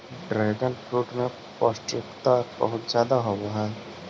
dragon fruit में पौष्टिकता बहुत ज्यादा होवऽ हइ